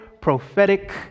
Prophetic